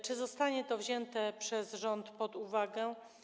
Czy zostanie to wzięte przez rząd pod uwagę?